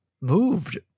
moved